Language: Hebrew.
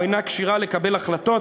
או אינה כשירה לקבל החלטות,